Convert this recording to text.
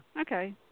Okay